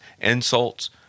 insults